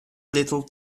little